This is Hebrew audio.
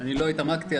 לא התעמקתי.